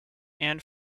and